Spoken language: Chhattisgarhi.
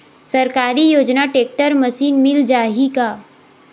सरकारी योजना टेक्टर मशीन मिल जाही का?